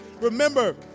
remember